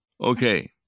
Okay